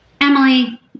Emily